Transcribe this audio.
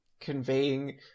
conveying